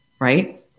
Right